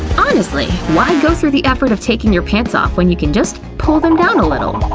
honestly, why go through the effort of taking your pants off when you can just pull them down a little?